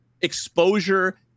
exposure